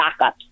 backups